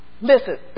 Listen